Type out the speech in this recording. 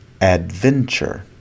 adventure